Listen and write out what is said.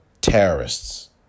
terrorists